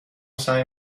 سعی